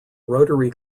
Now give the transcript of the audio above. rotary